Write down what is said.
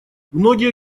многие